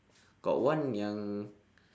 got one yang